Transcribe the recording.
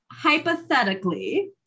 hypothetically